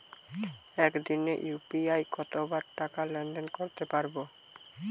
একদিনে ইউ.পি.আই কতবার টাকা লেনদেন করতে পারব?